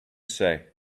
say